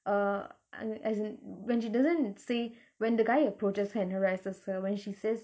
uh ah as in when she doesn't say when the guy approaches her and harasses her when she says